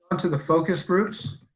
um to the focus groups.